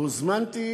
והוזמנתי